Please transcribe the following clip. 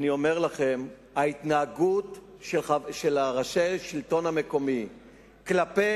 אני אומר לכם: ההתנהגות של ראשי השלטון המקומי כלפי